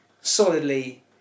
solidly